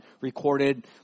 recorded